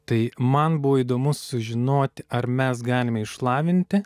tai man buvo įdomu sužinoti ar mes galime išlavinti